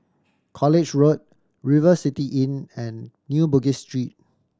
College Road River City Inn and New Bugis Street